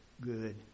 good